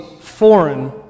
foreign